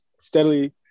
steadily